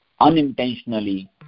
unintentionally